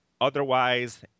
otherwise